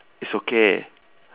it's okay